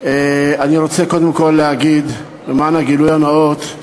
אני רוצה קודם כול להגיד, למען הגילוי הנאות,